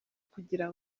kugira